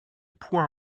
point